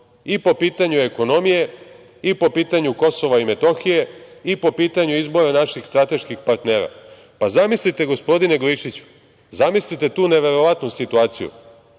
i po pitanju ekonomije i po pitanju Kosova i Metohije i po pitanju izbora naših strateških partnera. Gospodine Glišiću, zamislite tu neverovatnu situaciju